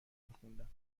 میخوندم